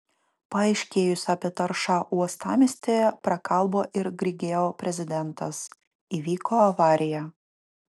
paaiškėjus apie taršą uostamiestyje prakalbo ir grigeo prezidentas įvyko avarija